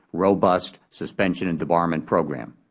robust suspension and debarment program.